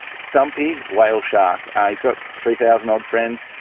stumpy whale shark, he's got three thousand odd friends,